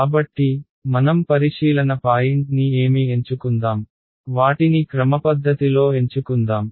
కాబట్టి మనం పరిశీలన పాయింట్ని ఏమి ఎంచుకుందాం వాటిని క్రమపద్ధతిలో ఎంచుకుందాం